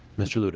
mr. like